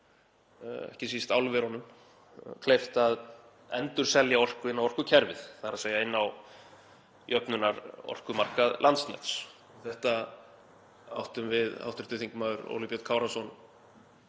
ekki síst álverunum, kleift að endurselja orku inn á orkukerfið, þ.e. inn á jöfnunarorkumarkað Landsnets. Þetta áttum við hv. þm. Óli Björn Kárason